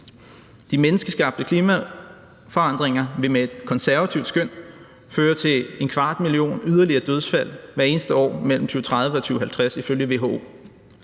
De menneskeskabte klimaforandringer vil med et konservativt skøn føre til en kvart million yderligere dødsfald hvert eneste år mellem 2030 og 2050 ifølge WHO.